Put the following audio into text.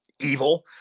evil